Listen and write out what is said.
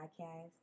Podcast